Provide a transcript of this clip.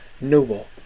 noble